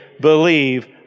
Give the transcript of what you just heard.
believe